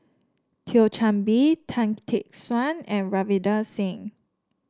Thio Chan Bee Tan Tee Suan and Ravinder Singh